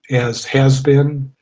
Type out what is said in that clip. as has been,